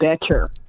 better